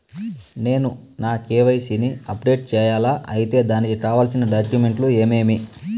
నేను నా కె.వై.సి ని అప్డేట్ సేయాలా? అయితే దానికి కావాల్సిన డాక్యుమెంట్లు ఏమేమీ?